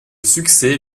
succès